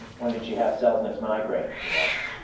when did she have selznik's migraine? he asked.